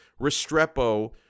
Restrepo